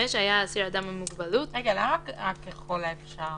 למה "ככל האפשר"?